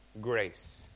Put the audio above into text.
grace